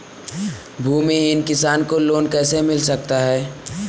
भूमिहीन किसान को लोन कैसे मिल सकता है?